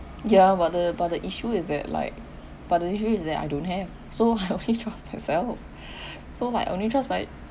ya but the but the issue is that like but the issue is that I don't have so I only trust myself so like only trust my